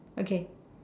okay